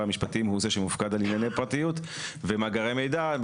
המשפטים הוא זה שמופקד על ענייני פרטיות ומאגרי מידע.